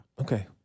Okay